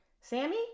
Sammy